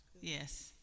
Yes